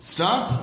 Stop